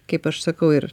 kaip aš sakau ir